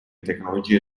tecnologie